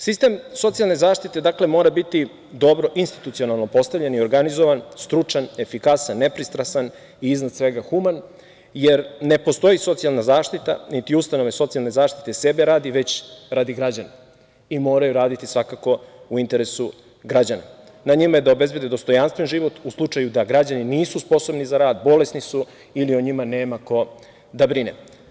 Sistem socijalne zaštite mora biti dobro institucionalno postavljen i organizovan, stručan, efikasan, nepristrasan i iznad svega human, jer ne postoji socijalna zaštita, niti ustanove socijalne zaštite sebe radi, već radi građana i moraju raditi u interesu građana, na njima je da obezbede dostojanstven život u slučaju da građani nisu sposobni za rad, bolesni su ili o njima nema ko da brine.